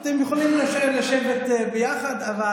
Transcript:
אתם יכולים לשבת ביחד, אבל,